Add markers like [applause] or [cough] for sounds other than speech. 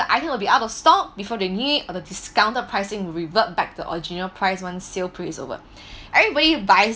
the item will be out of stock before the of discounted pricing revert back to the original price once sale price over [breath] everybody buys